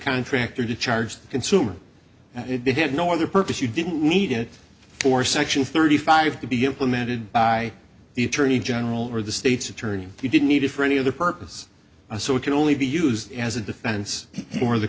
contractor to charge the consumer that it had no other purpose you didn't need it for section thirty five to be implemented by the attorney general or the state's attorney and you didn't need it for any other purpose so it can only be used as a defense for the